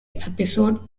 episode